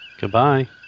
goodbye